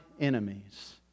enemies